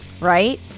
right